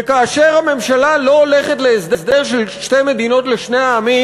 וכאשר הממשלה לא הולכת להסדר של שתי מדינות לשני עמים,